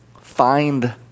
find